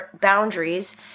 boundaries